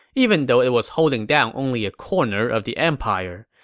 even though it was holding down only a corner of the empire.